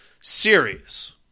serious